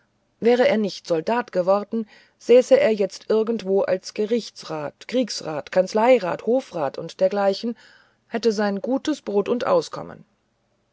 wäre er nicht soldat geworden säße er jetzt irgendwo als gerichtsrat kriegsrat kanzleirat hofrat und dergleichen hätte sein gutes brot und auskommen